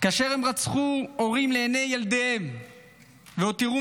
כאשר הם רצחו הורים לעיני ילדיהם והותירו